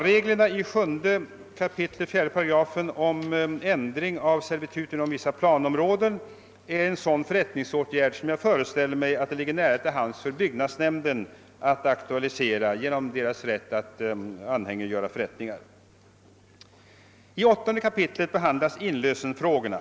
Reglerna i 7 kap. 4 8 om ändring av servitut inom vissa planområden innebär en sådan förrättningsåtgärd, som jag föreställer mig att det ligger nära till hands för byggnadsnämnden att aktualisera genom nämndens rätt att anhängiggöra förrättningar. I kap. 8 behandlas inlösenfrågorna.